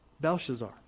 Belshazzar